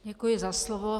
Děkuji za slovo.